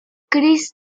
chris